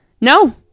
No